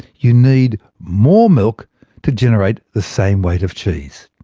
you need more milk to generate the same weight of cheese.